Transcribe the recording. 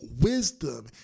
wisdom